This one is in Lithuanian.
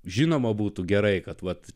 žinoma būtų gerai kad vat